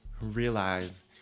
realize